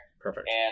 perfect